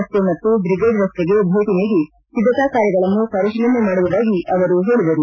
ರಸ್ತೆ ಮತ್ತು ಬ್ರಿಗೇಡ್ ರಸ್ತೆಗೆ ಭೇಟಿ ನೀಡಿ ಸಿದ್ಧತಾ ಕಾರ್ಯಗಳನ್ನು ಪರಿಶೀಲನೆ ಮಾಡುವುದಾಗಿ ಅವರು ಹೇಳಿದರು